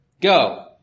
Go